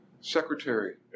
secretary